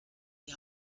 die